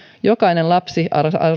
jokainen lapsi